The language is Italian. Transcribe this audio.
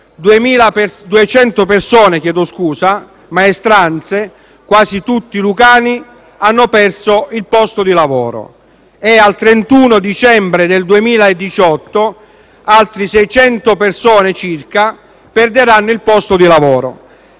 del 2010, 200 maestranze, quasi tutti lucani, hanno perso il posto di lavoro e al 31 dicembre del 2018 altre 600 persone circa perderanno il posto di lavoro,